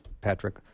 Patrick